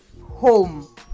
home